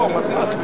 ברכה, חנא סוייד,